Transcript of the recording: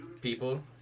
people